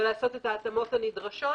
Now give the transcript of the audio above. ולעשות את ההתאמות הנדרשות